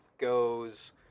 goes